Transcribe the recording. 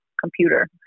computer